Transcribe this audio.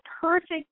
perfect